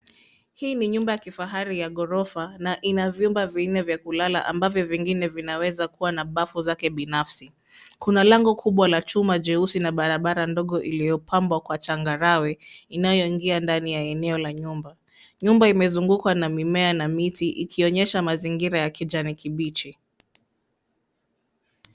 Hii ni nyumba ya kifahari ya ghorofa, na ina vyumba vinne vya kulala ambavyo vingine vinaweza kua na bafu zake binafsi. Kuna lango kubwa la chuma jeusi na barabara ndogo iliyopambwa kwa changarawe, inayoingia ndani la eneo la nyumba. Nyumba imezungukwa na mimea na miti, ikionyesha mazingira ya kijani kibichi.